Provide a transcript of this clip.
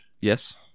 Yes